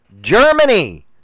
Germany